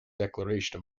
declaration